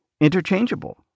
interchangeable